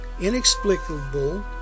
inexplicable